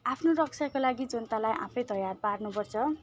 आफ्नो रक्षाको लागि जनतालाई आफै तैयार पार्नुपर्छ